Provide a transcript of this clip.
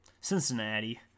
Cincinnati